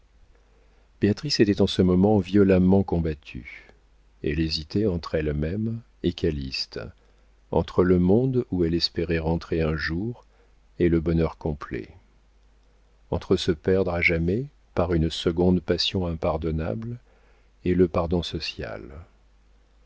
était en ce moment violemment combattue elle hésitait entre elle-même et calyste entre le monde où elle espérait rentrer un jour et le bonheur complet entre se perdre à jamais par une seconde passion impardonnable et le pardon social